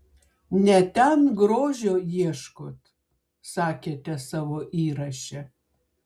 ne ten grožio ieškot sakėte savo įraše